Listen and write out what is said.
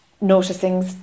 noticing